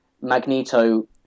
Magneto